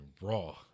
raw